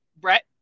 Brett